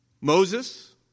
Moses